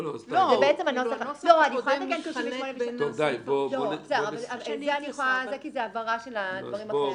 --- את זה אני יכולה --- כי זאת הבהרה של הדברים החשובים.